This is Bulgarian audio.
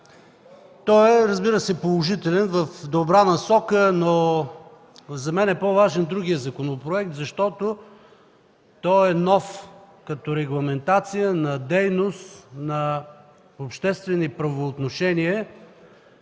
Той е положителен, в добра насока. За мен по-важен е другият законопроект, защото е нов като регламентация на дейност, на обществени правоотношения,